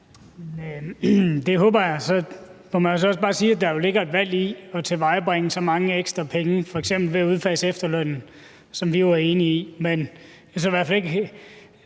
Det håber jeg så, for man må også bare sige, at der ligger et valg i, at I tilvejebringer så mange ekstra penge ved f.eks. at udfase efterlønnen – hvilket vi jo er enige i